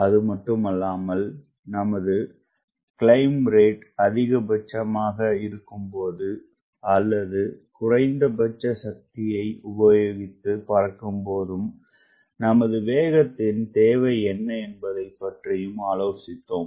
அதுமட்டுமல்லாமல் நமது climb rate அதிகபட்சமாகஇருக்கும்போதும்அல்லதுகுறைந்தபட்சசக்திய உபயோகித்து பறக்கும் போதும் நமது வேகத்தின்தேவை என்னஎன்பதைப்பற்றியும் ஆலோசித்தோம்